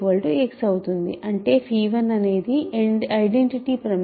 x x అవుతుంది అంటే1 అనేది ఐడెంటిటి ప్రమేయం